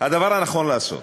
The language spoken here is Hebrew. הדבר הנכון לעשות.